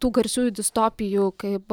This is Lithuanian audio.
tų garsiųjų distopijų kaip